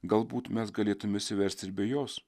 galbūt mes galėtume išsiversti ir be jos